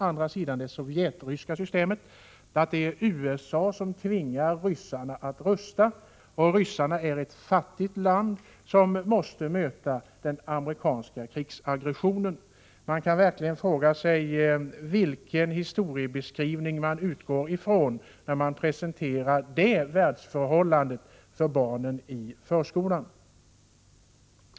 Beträffande det sovjetryska systemet går framställningen ut på att det är USA som tvingar ryssarna att rusta och att Ryssland, trots att det är ett fattigt land, måste möta den amerikanska krigsaggressionen. Man kan verkligen fråga sig vilken historiebeskrivning som ligger till grund för denna presentation av världsförhållandena för barnen i förskolan.